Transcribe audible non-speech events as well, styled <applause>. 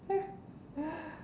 <laughs>